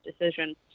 decision